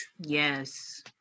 Yes